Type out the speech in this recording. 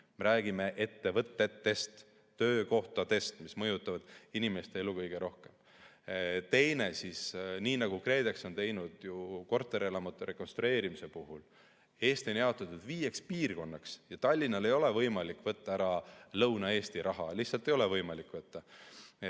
Me räägime ettevõtetest, töökohtadest, mis mõjutavad inimeste elu kõige rohkem. Teine on see, nii nagu KredEx on teinud korterelamute rekonstrueerimise puhul. Eesti on jaotatud viieks piirkonnaks ja Tallinnal ei ole võimalik võtta ära Lõuna-Eesti raha. Lihtsalt ei ole võimalik võtta. See